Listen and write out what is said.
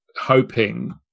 hoping